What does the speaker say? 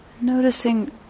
noticing